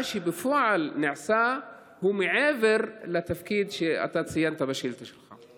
מה שבפועל נעשה הוא מעבר לתפקיד שציינת בתשובה שלך.